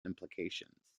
implications